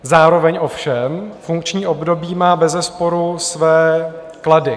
Zároveň ovšem funkční období má bezesporu své klady.